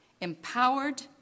empowered